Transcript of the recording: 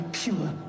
pure